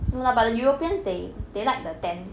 no lah but the europeans they they like the tan